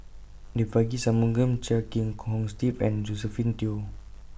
Devagi Sanmugam Chia Kiah Hong Steve and Josephine Teo